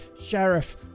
Sheriff